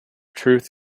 truth